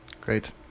Great